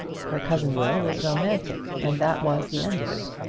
her cousin will was romantic, and that was the end of it.